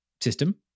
system